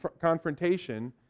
confrontation